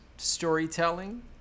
storytelling